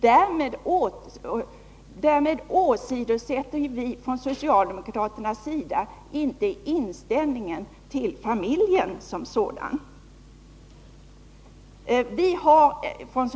Våra förslag i det avseendet innebär inte att vi från socialdemokratiskt håll åsidosätter vår grundläggande syn på familjen som sådan.